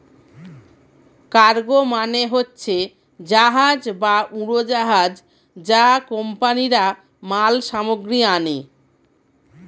cargo মানে হচ্ছে জাহাজ বা উড়োজাহাজ যা কোম্পানিরা মাল সামগ্রী আনে